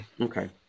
Okay